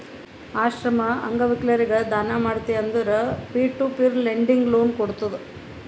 ಆಶ್ರಮ, ಅಂಗವಿಕಲರಿಗ ದಾನ ಮಾಡ್ತಿ ಅಂದುರ್ peer to peer lending loan ಕೋಡ್ತುದ್